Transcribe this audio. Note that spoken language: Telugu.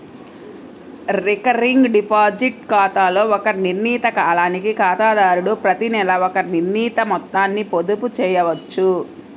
రికరింగ్ డిపాజిట్ ఖాతాలో ఒక నిర్ణీత కాలానికి ఖాతాదారుడు ప్రతినెలా ఒక నిర్ణీత మొత్తాన్ని పొదుపు చేయవచ్చు